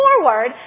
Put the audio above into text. forward